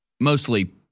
mostly